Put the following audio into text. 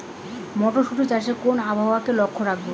মটরশুটি চাষে কোন আবহাওয়াকে লক্ষ্য রাখবো?